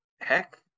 heck